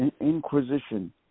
inquisition